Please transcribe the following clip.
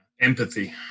empathy